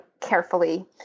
carefully